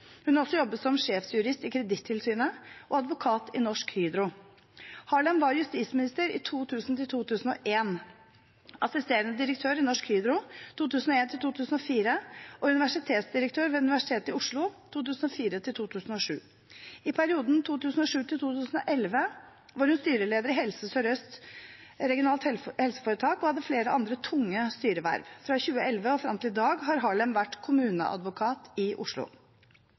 Hun har også jobbet som sjefsjurist i Kredittilsynet og advokat i Norsk Hydro. Harlem var justisminister i 2000–2001, assisterende direktør i Norsk Hydro 2001–2004 og universitetsdirektør ved Universitetet i Oslo 2004–2007. I perioden 2007–2011 var hun styreleder i Helse Sør-Øst RHF, og hadde flere andre tunge styreverv. Fra 2011 og frem til i dag har Harlem vært kommuneadvokat i Oslo.